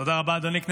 תודה רבה, אדוני.